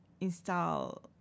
install